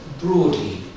broadly